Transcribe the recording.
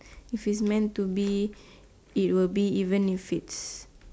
if it's meant to be it will be even if it's